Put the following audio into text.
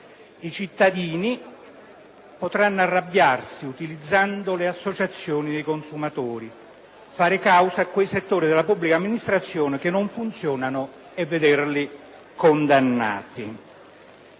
I cittadini potranno arrabbiarsi, utilizzando le associazioni dei consumatori, fare causa a quei settori della pubblica amministrazione che non funzionano e vederli condannati».